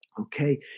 Okay